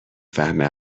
فهمه